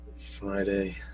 Friday